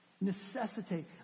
Necessitate